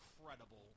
incredible